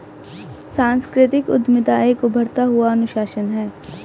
सांस्कृतिक उद्यमिता एक उभरता हुआ अनुशासन है